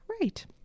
Right